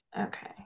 Okay